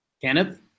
Kenneth